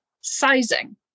sizing